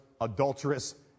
adulterous